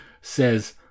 says